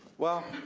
well.